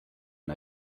and